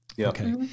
Okay